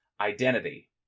identity